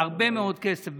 הרבה מאוד כסף.